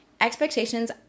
expectations